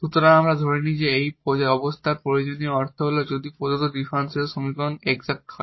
সুতরাং আসুন আমরা ধরে নিই যে এই অবস্থার প্রয়োজনীয় অর্থ হল যদি প্রদত্ত ডিফারেনশিয়াল সমীকরণটি এক্সাট হয়